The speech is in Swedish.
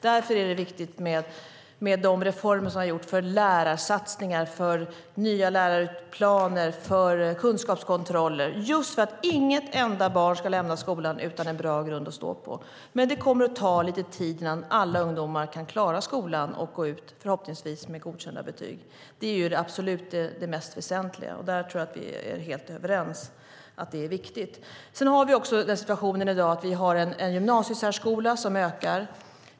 Därför är det viktigt med de reformer som har gjorts för lärarsatsningar, nya läroplaner och kunskapskontroller, just för att inget enda barn ska lämna skolan utan en bra grund att stå på. Det kommer dock att ta lite tid innan alla ungdomar kan klara skolan och gå ut, förhoppningsvis med godkända betyg. Det är det väsentligaste, och jag tror att vi är helt överens om att detta är viktigt. I dag har vi situation där gymnasiesärskolan ökar.